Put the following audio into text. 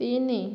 ତିନି